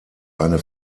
eine